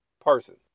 person